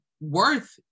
worth